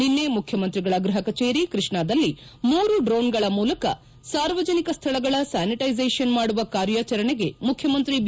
ನಿನ್ನೆ ಮುಖ್ಯಮಂತ್ರಿಗಳ ಗೃಹ ಕಚೇರಿ ಕೃಷ್ಣಾದಲ್ಲಿ ಮೂರು ಡ್ರೋಣ್ಗಳ ಮೂಲಕ ಸಾರ್ವಜನಿಕ ಸ್ಥಳಗಳ ಸ್ಥಾನಿಟ್ಲೆಸೇಷನ್ ಮಾಡುವ ಕಾರ್ಯಾಚರಣೆಗೆ ಮುಖ್ಯಮಂತ್ರಿ ಬಿ